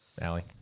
Allie